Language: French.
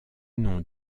nom